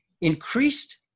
increased